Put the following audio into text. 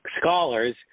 scholars